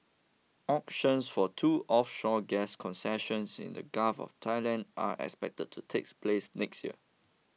auctions for two offshore gas concessions in the Gulf of Thailand are expected to takes place next year